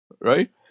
right